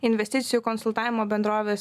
investicijų konsultavimo bendrovės